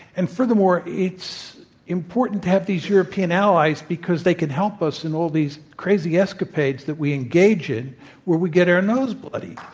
and, furthermore, it's important to have these european allies, because they can help us in all these crazy escapades that we engage in where we get our nose bloody.